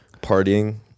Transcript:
partying